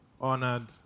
honored